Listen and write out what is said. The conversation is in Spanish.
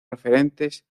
referentes